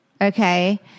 okay